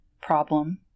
problem